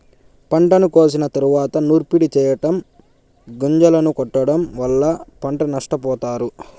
పంటను కోసిన తరువాత నూర్పిడి చెయ్యటం, గొంజలను కొట్టడం వల్ల పంట నష్టపోతారు